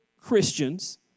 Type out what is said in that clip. Christians